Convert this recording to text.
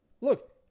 Look